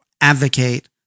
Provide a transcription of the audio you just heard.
advocate